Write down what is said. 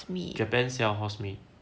japan sell horse meat